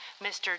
Mr